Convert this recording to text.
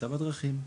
היתה בדרכים.